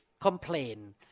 complain